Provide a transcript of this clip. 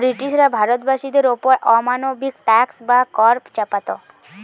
ব্রিটিশরা ভারতবাসীদের ওপর অমানবিক ট্যাক্স বা কর চাপাত